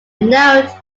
note